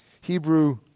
Hebrew